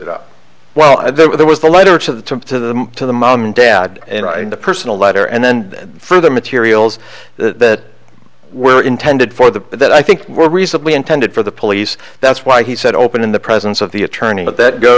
it up well there was the letter to the to the to the mom and dad and the personal letter and then for the materials that were intended for the that i think were reasonably intended for the police that's why he said open in the presence of the attorney that that go